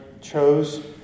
chose